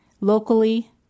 locally